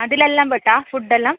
അതിലെല്ലാം പെട്ടോ ഫുഡ് എല്ലാം